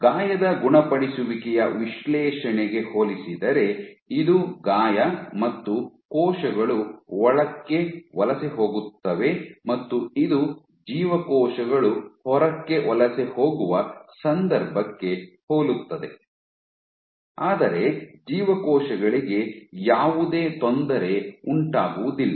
ಗಾಯದ ಗುಣಪಡಿಸುವಿಕೆಯ ವಿಶ್ಲೇಷಣೆಗೆ ಹೋಲಿಸಿದರೆ ಇದು ಗಾಯ ಮತ್ತು ಕೋಶಗಳು ಒಳಕ್ಕೆ ವಲಸೆ ಹೋಗುತ್ತವೆ ಮತ್ತು ಇದು ಜೀವಕೋಶಗಳು ಹೊರಕ್ಕೆ ವಲಸೆ ಹೋಗುವ ಸಂದರ್ಭಕ್ಕೆ ಹೋಲುತ್ತದೆ ಆದರೆ ಜೀವಕೋಶಗಳಿಗೆ ಯಾವುದೇ ತೊಂದರೆ ಉಂಟಾಗುವುದಿಲ್ಲ